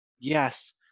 Yes